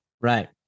right